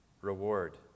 reward